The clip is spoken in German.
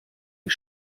ich